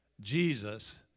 Jesus